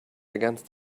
against